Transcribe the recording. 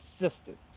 assistance